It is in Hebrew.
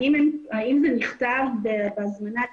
האם זה נכתב בהזמנה?